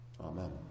Amen